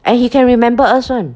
and he can remember us [one]